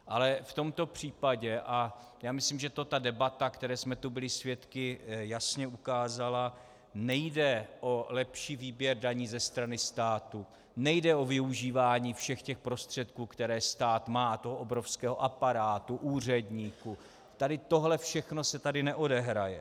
Ale v tomto případě, a já myslím, že to debata, které jsme tu byli svědky, jasně ukázala, nejde o lepší výběr daní ze strany státu, nejde o využívání všech prostředků, které stát má, toho obrovského aparátu úředníků, tohle všechno se tady neodehraje.